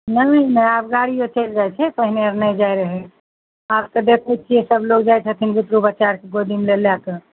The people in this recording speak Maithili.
नहि नहि आब गाड़ी आर चलि जाइत छै पहिने आर नहि जाए रहै आब तऽ देखैत छियै सब लोग जाइत छथिन बुतरू बच्चा आरके गोदीमे लै कऽ